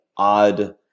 odd